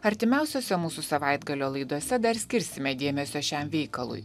artimiausiose mūsų savaitgalio laidose dar skirsime dėmesio šiam veikalui